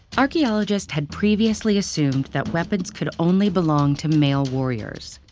archaeologists had previously assumed that weapons could only belong to male warriors.